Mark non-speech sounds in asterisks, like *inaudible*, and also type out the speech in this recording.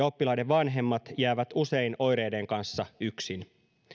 *unintelligible* oppilaiden vanhemmat jäävät usein oireiden kanssa yksin